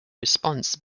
response